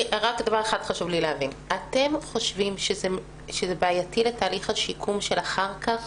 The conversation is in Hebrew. חשוב לי להבין דבר אחד: אתם חושבים שזה בעייתי לתהליך השיקום אחר כך?